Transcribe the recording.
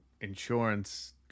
insurance